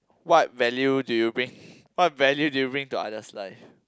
what value do you bring what value do you bring to other's life